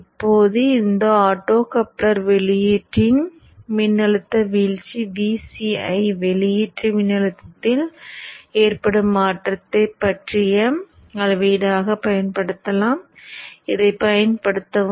இப்போது இந்த ஆப்டோகப்ளர் வெளியீட்டின் மின்னழுத்த வீழ்ச்சி Vce ஐ வெளியீட்டு மின்னழுத்தத்தில் ஏற்படும் மாற்றத்தைப் பற்றிய அளவீடாகப் பயன்படுத்தவும் இதைப் பயன்படுத்தவும்